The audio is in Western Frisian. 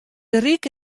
ryk